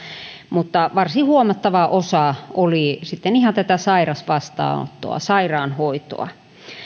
mutta varsin huomattava osa oli ihan tätä sairasvastaanottoa sairaanhoitoa